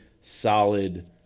solid